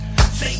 Say